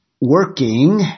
working